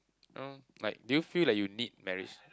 uh like do you feel like you need marriage